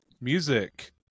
music